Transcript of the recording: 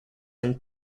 and